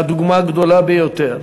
והדוגמה הגדולה ביותר,